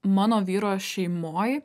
mano vyro šeimoj